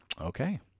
Okay